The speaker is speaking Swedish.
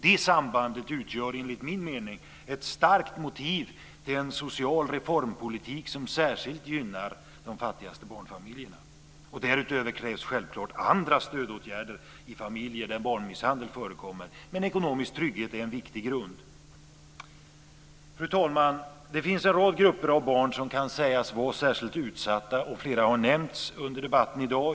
Det sambandet utgör enligt min mening ett starkt motiv för en social reformpolitik som särskilt gynnar de fattigaste barnfamiljerna. Därutöver krävs självklart andra stödåtgärder i familjer där barnmisshandel förekommer, men ekonomisk trygghet är en viktig grund. Fru talman! Det finns en rad grupper av barn som kan sägas vara särskilt utsatta. Flera har nämnts under debatten i dag.